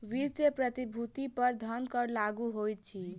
वित्तीय प्रतिभूति पर धन कर लागू होइत अछि